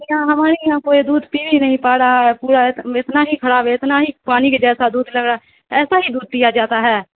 یہاں ہمارے یہاں کوئی دودھ پی ہی نہیں پا رہا ہے پورا اتنا ہی خراب ہے اتنا ہی پانی کے جیسا دودھ لگا ایسا ہی دودھ پیا جا تا ہے